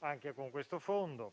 anche con questo fondo.